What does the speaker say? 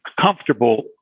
comfortable